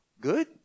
Good